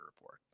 Report